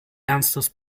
ernstes